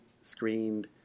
screened